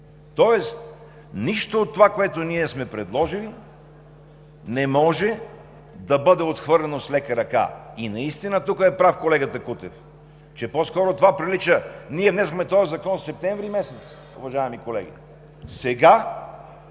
Тоест нищо от това, което сме предложили, не може да бъде отхвърлено с лека ръка! И наистина тук е прав колегата Кутев, че по-скоро това прилича – ние внесохме този законопроект през септември месец, уважаеми колеги…